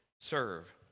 serve